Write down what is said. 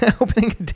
opening